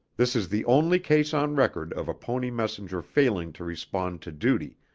this is the only case on record of a pony messenger failing to respond to duty,